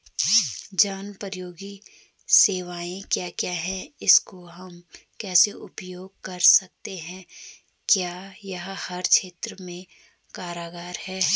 जनोपयोगी सेवाएं क्या क्या हैं इसको हम कैसे उपयोग कर सकते हैं क्या यह हर क्षेत्र में कारगर है?